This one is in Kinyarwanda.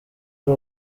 ari